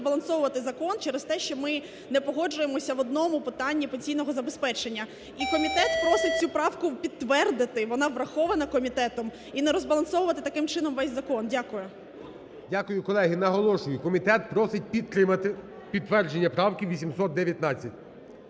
Дякую. Колеги, наголошую, комітет просить підтримати підтвердження правки 819.